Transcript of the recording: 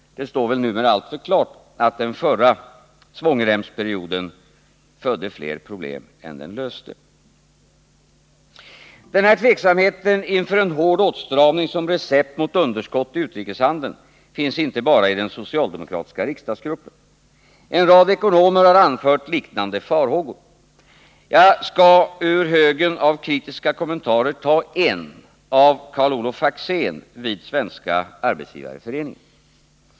Det står väl numera alltför klart att den förra svångremsperioden födde flera problem än den löste. Den här tacksamheten inför en hård åtstramning som recept mot underskottet i utrikeshandeln finns inte bara i den socialdemokratiska riksdagsgruppen. En rad ekonomer har anfört liknande farhågor. Jag skall ur högen av kritiska kommentarer ta en, av Karl-Olof Faxén vid Svenska arbetsgivareföreningen.